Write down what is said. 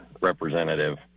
representative